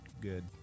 good